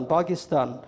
Pakistan